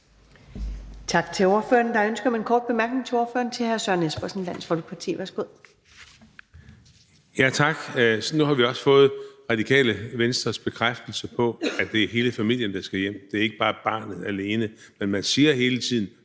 Tak til ordføreren. Der er ønske om en kort bemærkning fra hr. Søren Espersen, Dansk Folkeparti. Værsgo. Kl. 23:19 Søren Espersen (DF): Tak. Nu har vi også fået Radikale Venstres bekræftelse på, at det er hele familien, der skal hjem. Det er ikke bare barnet alene, men man siger hele tiden: